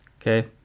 Okay